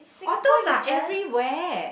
otters are everywhere